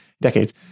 decades